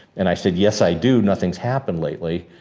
and i said, yes, i do, nothing's happened lately.